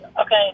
okay